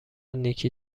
نیکی